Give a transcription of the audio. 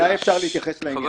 מתי אפשר להתייחס לעניין?